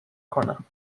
کنم